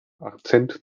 akzent